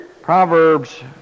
Proverbs